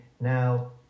now